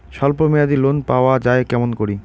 স্বল্প মেয়াদি লোন পাওয়া যায় কেমন করি?